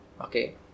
okay